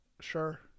sure